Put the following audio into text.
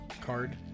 card